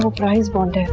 so prize bond